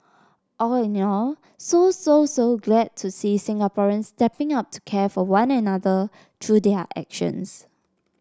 all in all so so so glad to see Singaporeans stepping up to care for one another through their actions